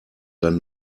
dann